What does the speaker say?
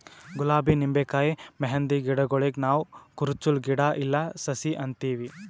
ಗುಲಾಬಿ ನಿಂಬಿಕಾಯಿ ಮೆಹಂದಿ ಗಿಡಗೂಳಿಗ್ ನಾವ್ ಕುರುಚಲ್ ಗಿಡಾ ಇಲ್ಲಾ ಸಸಿ ಅಂತೀವಿ